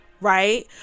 Right